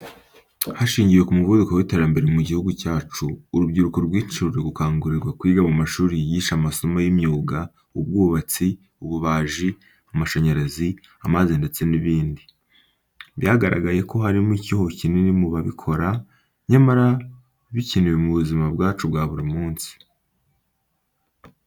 Hashingiwe ku muvuduko w’iterambere mu gihugu cyacu, urubyiruko rwinshi ruri gukangurirwa kwiga mu mashuri yigisha amasomo y’imyuga, ubwubatsi, ububaji, amashanyarazi, amazi ndetse n’ibindi. Byagaragaye ko harimo icyuho kinini mu babikora, nyamara bikenewe mu buzima bwacu bwa buri munsi.